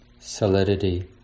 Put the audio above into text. solidity